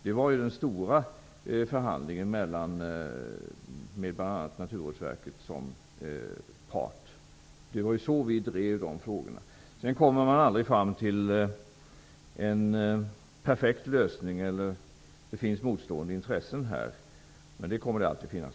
Det var ju den stora förhandlingen med bl.a. Naturvårdsverket som part. Det var på det sättet som vi drev dessa frågor. Sedan kommer man aldrig fram till en perfekt lösning, eftersom det finns motstående intressen, men så kommer det alltid att vara.